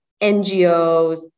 NGOs